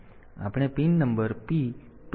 તેથી આપણે pin number P 2